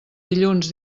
dilluns